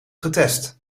getest